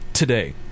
Today